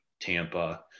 Tampa